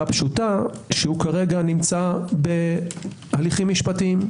פשוטה שהוא כרגע נמצא בהליכים משפטיים.